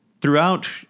throughout